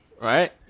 Right